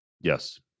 Yes